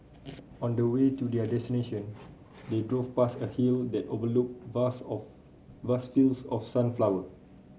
on the way to their destination they drove past a hill that overlooked vast of vast fields of sunflower